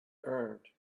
earned